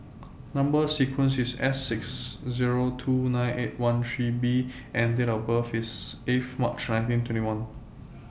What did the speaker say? Number sequence IS S six Zero two nine eight one three B and Date of birth IS eighth March nineteen twenty one